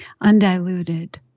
undiluted